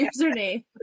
username